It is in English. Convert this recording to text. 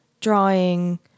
drawing